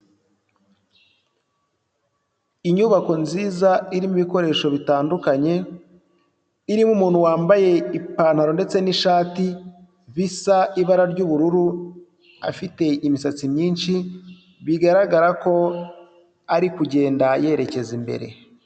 Inyubako nziza irimo ibikoresho bitandukanye, irimo umuntu wambaye ipantaro ndetse n’ishati bisa ibara ry’ubururu, afite imisatsi myinshi. Bigaragara ko ari kugenda yerekeza imbere.